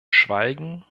schweigen